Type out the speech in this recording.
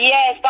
Yes